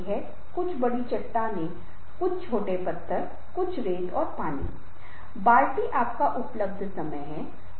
ये कुछ बहुत ही सरल सिद्धांत हैं बस इन पर ध्यान दें और आपके अधिकांश मुद्दों को हल किया जाएगा